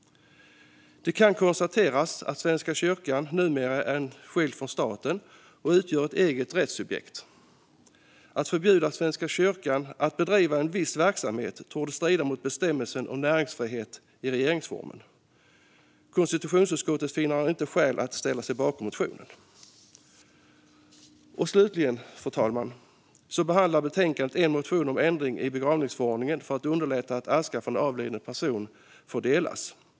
Det kan konstateras att Svenska kyrkan numera är skild från staten och utgör ett eget rättssubjekt. Att förbjuda Svenska kyrkan att bedriva en viss verksamhet torde strida mot bestämmelsen om näringsfrihet i regeringsformen. Konstitutionsutskottet finner inte skäl att ställa sig bakom motionen. Slutligen, fru talman, behandlas i betänkandet en motion om en ändring i begravningsförordningen för att underlätta delning av aska från en avliden person.